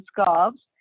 scarves